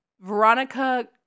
Veronica